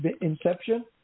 inception